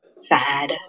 sad